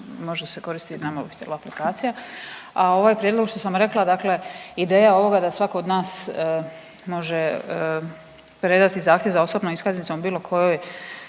može se koristiti na mobitelu aplikacija. A ovaj prijedlog što sam rekla, dakle ideja ovoga da svako od nas može predati zahtjev za osobnom iskaznicom u bilo kojoj